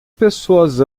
pessoas